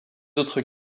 autres